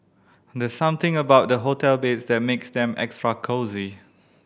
there's something about the hotel beds that makes them extra cosy